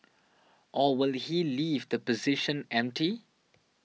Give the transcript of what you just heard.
or will he leave the position empty